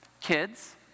Kids